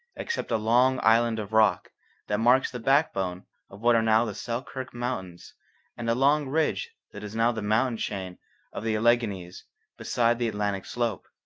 except a long island of rock that marks the backbone of what are now the selkirk mountains and a long ridge that is now the mountain chain of the alleghanies beside the atlantic slope.